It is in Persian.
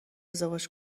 ازدواج